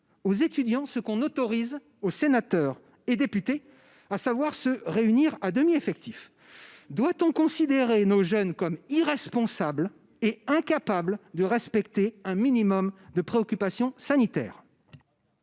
aux étudiants ce que l'on autorise aux sénateurs et députés, ... Allons bon !... à savoir se réunir à demi-effectif ? Doit-on considérer nos jeunes comme irresponsables et incapables de respecter un minimum de précautions sanitaires ?